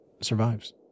survives